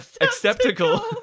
Acceptable